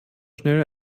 schnell